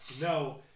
No